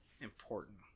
important